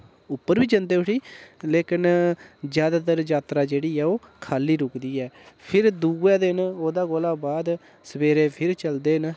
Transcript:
उप्पर बी जंदे उठी न लेकिन जैदातर यात्रा जेह्ड़ी ऐ ओह् खाली रूकदी ऐ फिर दुआ दिन ओह्दे कोला बाद सवेरे फिर चलदे न